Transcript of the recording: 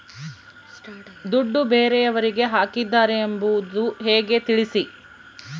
ದುಡ್ಡು ಬೇರೆಯವರಿಗೆ ಹಾಕಿದ್ದಾರೆ ಎಂಬುದು ಹೇಗೆ ತಿಳಿಸಿ?